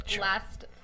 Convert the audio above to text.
last